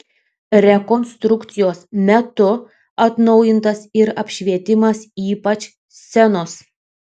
rekonstrukcijos metu atnaujintas ir apšvietimas ypač scenos